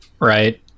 Right